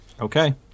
Okay